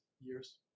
years